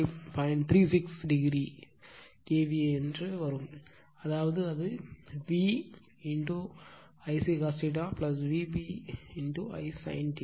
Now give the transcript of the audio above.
36 o KVA ஆக இருக்கும் அதாவது அது V Ic os V b i sin